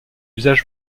usage